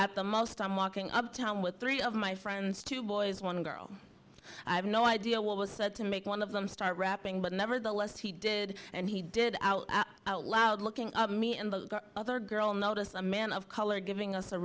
at the most i'm walking up town with three of my friends two boys one girl i have no idea what was said to make one of them start rapping but nevertheless he did and he did out out loud looking at me and the other girl noticed a man of color giving us a